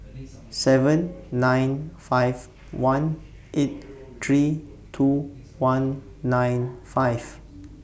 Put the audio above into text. seven nine five one eight three two one nine five